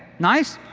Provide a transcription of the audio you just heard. nice?